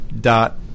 dot